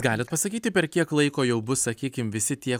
galit pasakyti per kiek laiko jau bus sakykim visi tie